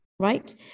Right